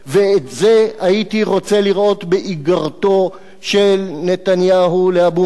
ואת זה הייתי רוצה לראות באיגרתו של נתניהו לאבו מאזן,